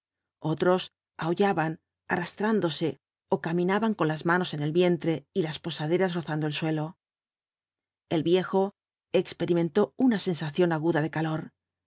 otros aullaban arrastrándose ó caminaban con las manos en el vientre y las posaderas rozando el suelo el viejo experimentó una sensación aguda de calor